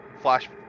flash